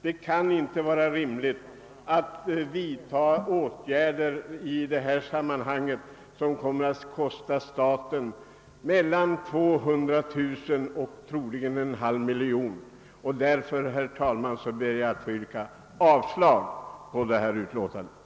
Det kan inte vara rimligt att i detta sammanhang vidtaga åtgärder som kommer att kosta staten minst 200 000 kronor och 'troligen en halv miljon. Därför, herr talman, ber jag att få yrka avslag på utskottets hemställan.